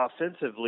offensively